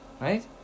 right